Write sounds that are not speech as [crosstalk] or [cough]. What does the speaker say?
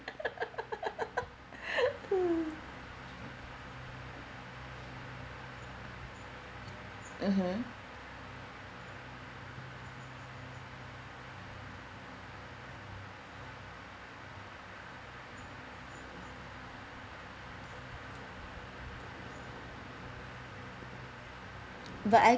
[laughs] mmhmm but I